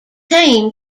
team